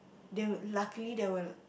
then luckily there were